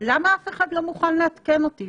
למה אף אחד לא מוכן לעדכן אותי?